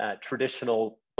traditional